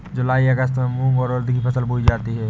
जूलाई अगस्त में मूंग और उर्द की फसल बोई जाती है